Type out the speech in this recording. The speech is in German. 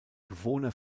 bewohner